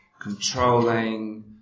controlling